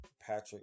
Patrick